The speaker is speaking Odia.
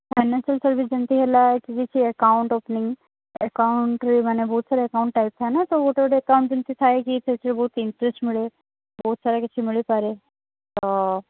ଫାଇନାନ୍ସସିଆଲ୍ ସର୍ଭିସ୍ ଯେମତି ହେଲା କି କିଛି ଆକାଉଣ୍ଟ୍ ଓପନିଙ୍ଗ୍ ଆକାଉଣ୍ଟ୍ରେ ମାନେ ବହୁତ ସାରା ଆକାଉଣ୍ଟ୍ ଟାଇପ୍ ଥାଏ ନା ତ ଗୋଟେ ଗୋଟେ ଆକାଉଣ୍ଟ୍ ଯେମିତି ଥାଏ କି ସେଥିରେ ବହୁତ ଇଣ୍ଟରେଷ୍ଟ୍ ମିଳେ ବହୁତ ସାରା କିଛି ମିଳିପାରେ ତ